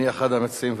אני אחד המציעים,